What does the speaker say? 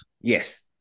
Yes